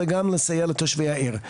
אלא גם לסייע לתושבי העיר.